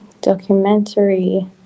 Documentary